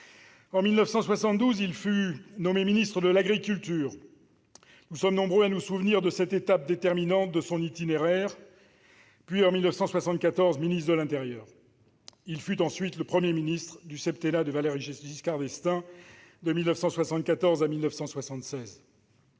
En 1972, il fut nommé ministre de l'agriculture- nous sommes nombreux à nous souvenir de cette étape déterminante de son itinéraire -, puis, en 1974, ministre de l'intérieur. Il fut ensuite le premier Premier ministre du septennat de Valéry Giscard d'Estaing, de 1974 à 1976.